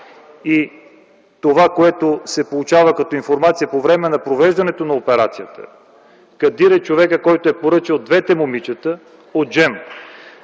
и това, което се получава като информация по време на провеждането на операцията, Кадир е човекът, който е поръчал двете момичета на Джем.